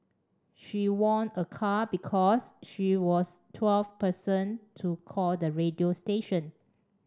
she won a car because she was twelfth person to call the radio station